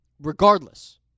regardless